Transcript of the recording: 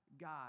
God